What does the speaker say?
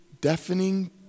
deafening